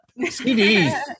CDs